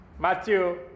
Matthew